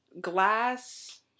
glass